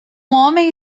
homem